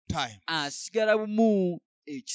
time